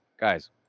guys